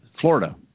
Florida